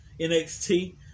NXT